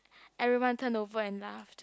everyone turn over and laughed